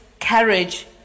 courage